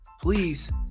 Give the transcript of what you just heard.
please